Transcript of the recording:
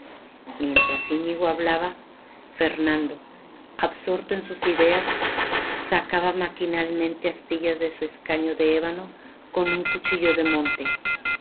mientras iñigo hablaba fernando absorto en sus ideas sacaba maquinalmente astillas de su escaño de ébano con el cuchillo de monte